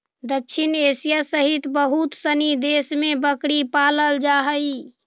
दक्षिण एशिया सहित बहुत सनी देश में बकरी पालल जा हइ